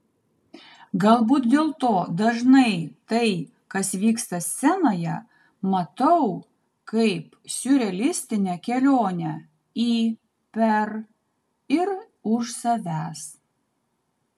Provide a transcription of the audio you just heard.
galbūt dėl to dažnai tai kas vyksta scenoje matau kaip siurrealistinę kelionę į per ir už savęs